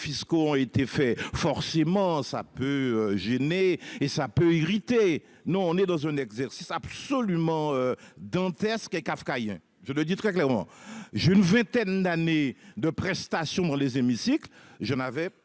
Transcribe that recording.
fiscaux ont été fait forcément ça peut gêner et ça peut irriter. Non, on est dans un exercice absolument dantesque kafkaïen. Je le dis très clairement, j'ai une vingtaine d'années de prestations dans les hémicycles je n'avait